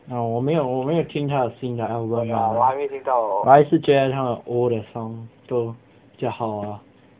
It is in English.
uh 我没有我没有听他的新的 album lah but 还是觉得他 old 的 sound 都比较好啊